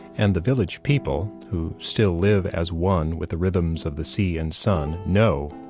and the village people, who still live as one with the rhythms of the sea and sun, know,